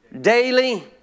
daily